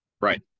Right